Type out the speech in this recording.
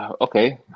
okay